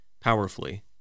powerfully